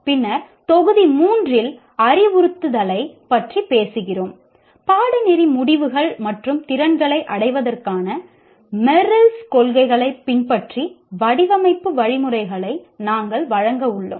பின்னர் தொகுதி 3 இல் அறிவுறுத்தலைப் பற்றி பேசுகிறோம் பாடநெறி முடிவுகள் மற்றும் திறன்களை அடைவதற்கான மெரில்ஸ் கொள்கைகளைப் பின்பற்றி வடிவமைப்பு வழிமுறைகளை நாங்கள் வழங்க உள்ளோம்